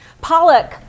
Pollock